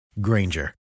Granger